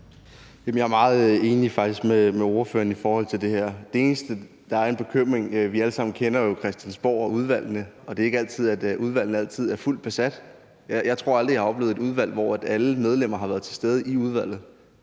faktisk meget enig med ordføreren i det her. Det eneste, der bekymrer mig, er, at vi jo alle kender Christiansborg og udvalgene. Det er ikke altid, at udvalgene er fuldt besat. Jeg tror aldrig, at jeg har oplevet et udvalg, hvor alle medlemmer har været til stede til et